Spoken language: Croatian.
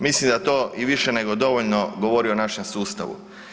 Mislim da to i više nego dovoljno govori o našem sustavu.